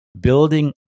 building